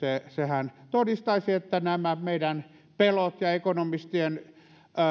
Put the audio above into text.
sehän todistaisi että nämä meidän pelkomme ja ekonomistien